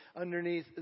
underneath